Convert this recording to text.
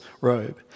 robe